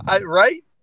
Right